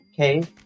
okay